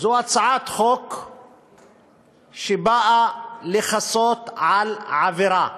זו הצעת חוק שבאה לכסות על עבירה.